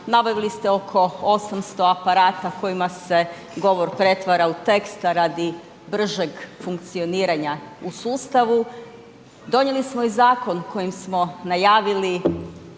nabavili ste oko 800 aparata kojima se govor pretvara u tekst, a radi bržeg funkcioniranja u sustavu. Donijeli smo i zakon kojim smo najavili